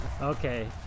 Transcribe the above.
Okay